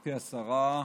גברתי השרה,